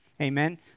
Amen